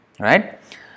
Right